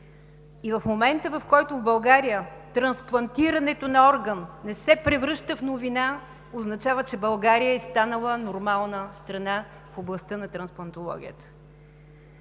Моментът, в който в България трансплантирането на орган не се превръща в новина, ще означава, че България е станала нормална страна в областта на трансплантологията.